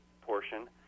portion